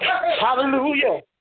Hallelujah